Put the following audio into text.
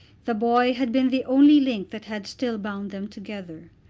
the boy had been the only link that had still bound them together.